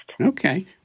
Okay